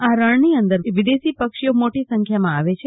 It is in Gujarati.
આ રણની અંદિર વિદેશમાંથી પક્ષીઓ મોટી સંખ્યામાં આવે છે